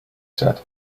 said